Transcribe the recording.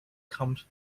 comes